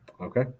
okay